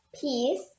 peace